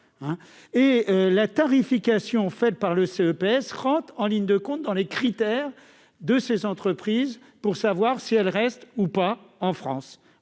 Et la tarification fixée par le CEPS entre en ligne de compte dans les critères utilisés par ces entreprises pour décider si elles restent ou non en France.